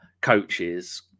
coaches